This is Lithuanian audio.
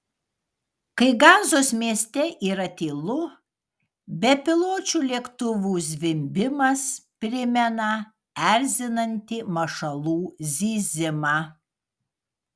kai gazos mieste yra tylu bepiločių lėktuvų zvimbimas primena erzinantį mašalų zyzimą